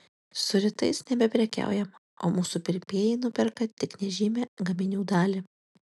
su rytais nebeprekiaujama o mūsų pirkėjai nuperka tik nežymią gaminių dalį